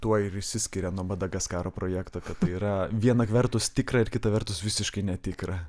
tuo ir išsiskiria nuo madagaskaro projekto kad tai yra viena vertus tikra ir kita vertus visiškai netikra